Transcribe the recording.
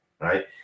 right